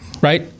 right